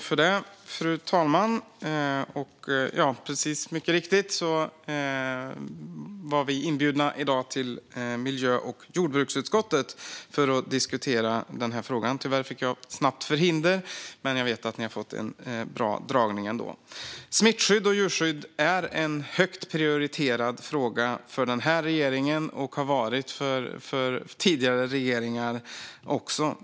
Fru talman! Mycket riktigt var vi inbjudna till miljö och jordbruksutskottet i dag för att diskutera den här frågan. Tyvärr fick jag hastigt förhinder, men jag vet att ni fick en bra föredragning ändå. Smittskydd och djurskydd är en högt prioriterad fråga för den här regeringen och har varit det också för tidigare regeringar.